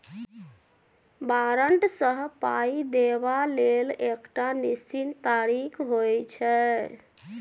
बारंट सँ पाइ देबा लेल एकटा निश्चित तारीख होइ छै